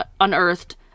unearthed